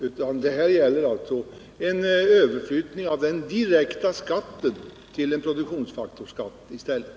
Här gäller det alltså en överflyttning av den direkta skatten till en produktionsfaktorsskatt i stället.